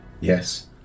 yes